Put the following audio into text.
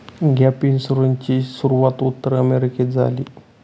gap इन्शुरन्सची सुरूवात उत्तर अमेरिकेत झाली